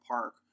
Park